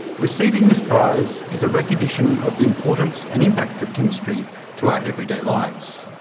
receiving this prize is a recognition of the importance and impact of chemistry to our everyday lives.